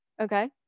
okay